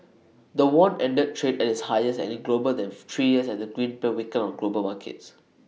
the won ended trade at its highest and in global than three years as the greenback weakened on global markets